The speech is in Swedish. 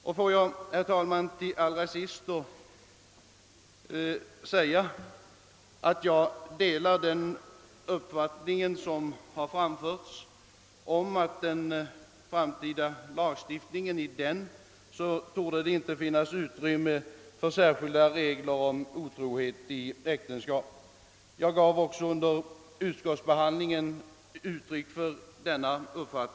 Jag vill, herr talman, till sist förklara att jag delar uppfattningen att det i den framtida lagstiftningen inte torde finnas utrymme för särskilda regler om otrohet i äktenskap. Jag gav också under utskottsbehandlingen uttryck för denna åsikt.